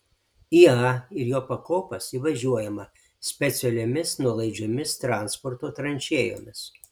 į a ir jo pakopas įvažiuojama specialiomis nuolaidžiomis transporto tranšėjomis